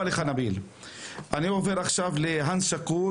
הנס שקור,